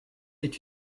est